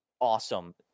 awesome